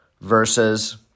versus